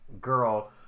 Girl